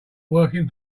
working